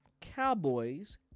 Cowboys